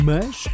Mas